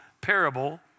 parable